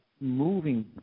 moving